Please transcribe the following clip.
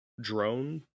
drone